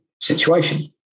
Situation